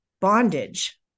bondage